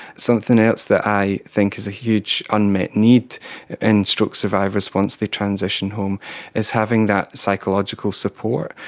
something else that i think is a huge unmet need in stroke survivors once they transition home is having that psychological support.